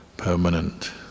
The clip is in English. permanent